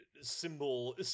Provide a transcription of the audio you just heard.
Symbol